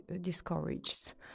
discouraged